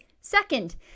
second